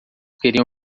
queriam